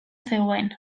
zegoen